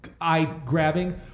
eye-grabbing